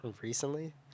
Recently